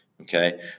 Okay